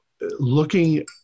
Looking